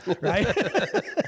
Right